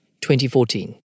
2014